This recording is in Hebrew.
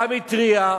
גם התריע,